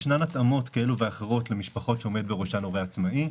ישנן התאמות כאלו ואחרות למשפחות שעומד בראשן הורה עצמאי,